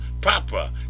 Proper